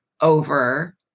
over